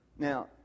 Now